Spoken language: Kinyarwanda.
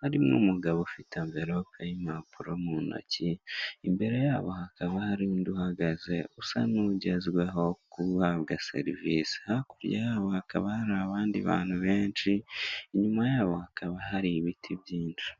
harimo umugabo ufite amverope n'impapuro mu ntoki, imbere yabo hakaba hari undi uhagaze usa n'ugezweho guhabwa serivisi, hakurya yabo hakaba hari abandi bantu benshi, inyuma yabo hakaba hari ibiti byinshi.